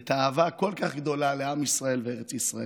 את האהבה הכל-כך גדולה לעם ישראל וארץ ישראל.